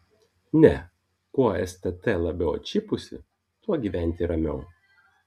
ne kuo stt labiau atšipusi tuo gyventi ramiau